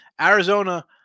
Arizona